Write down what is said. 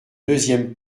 deuxième